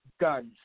guns